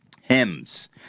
hymns